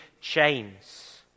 chains